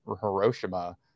Hiroshima